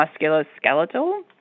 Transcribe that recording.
musculoskeletal